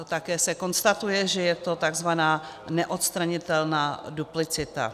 Také se konstatuje, že je to takzvaná neodstranitelná duplicita.